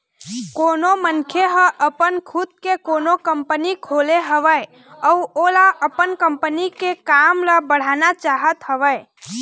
कोनो मनखे ह अपन खुद के कोनो कंपनी खोले हवय अउ ओहा अपन कंपनी के काम ल बढ़ाना चाहत हवय